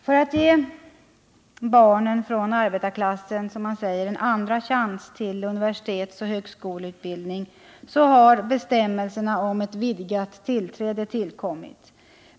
För att ge barnen från arbetarklassen en ”andra chans” till universitetsoch högskoleutbildning har bestämmelserna om vidgat tillträde tillkommit.